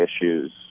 issues